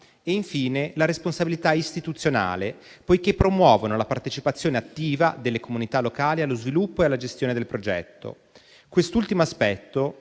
e infine la responsabilità istituzionale, poiché promuovono la partecipazione attiva delle comunità locali allo sviluppo e alla gestione del progetto. Quest'ultimo aspetto,